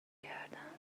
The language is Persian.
کردم